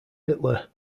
hitler